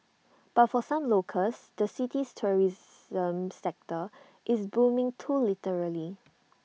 but for some locals the city's tourism sector is booming too literally